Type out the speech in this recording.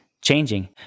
changing